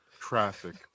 traffic